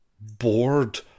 bored